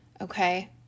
Okay